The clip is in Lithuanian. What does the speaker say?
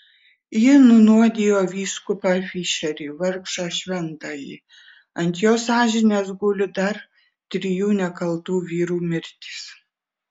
ji nunuodijo vyskupą fišerį vargšą šventąjį ant jos sąžinės guli dar trijų nekaltų vyrų mirtys